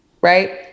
Right